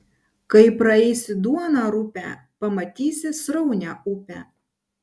kai praeisi duoną rupią pamatysi sraunią upę